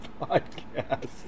podcast